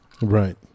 right